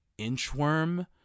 inchworm